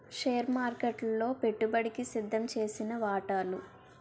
share మార్కెట్లలో పెట్టుబడికి సిద్దంచేసిన వాటాలు